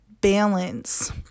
balance